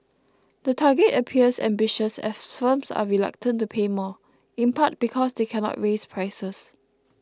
the target appears ambitious as firms are reluctant to pay more in part because they cannot raise prices